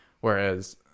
whereas